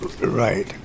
Right